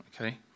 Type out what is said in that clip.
okay